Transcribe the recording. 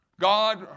God